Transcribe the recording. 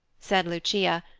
said lucia,